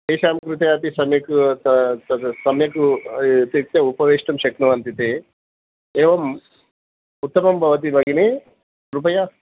तेषां कृते अपि सम्यक् तत् सम्यक् इत्युक्ते उपवेष्टुं शक्नुवन्ति ते एवम् उत्तमं भवति भगिनी कृपया